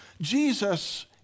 Jesus